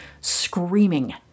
screaming